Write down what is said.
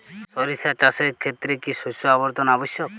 সরিষা চাষের ক্ষেত্রে কি শস্য আবর্তন আবশ্যক?